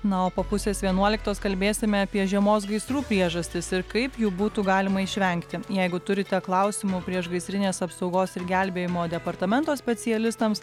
na o po pusės vienuoliktos kalbėsime apie žiemos gaisrų priežastis ir kaip jų būtų galima išvengti jeigu turite klausimų priešgaisrinės apsaugos ir gelbėjimo departamento specialistams